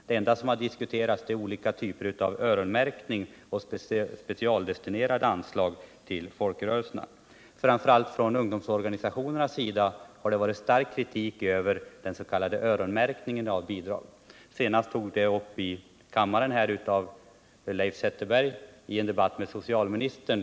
Det enda som har diskuterats är olika typer av öronmärkning och specialdestinerade anslag till folkrörelserna. Framför allt ungdomsorganisationerna har riktat stark kritik mot den s.k. öronmärkningen av bidragen. Senast togs frågan upp här i kammaren av Leif Zetterberg i en debatt med socialministern.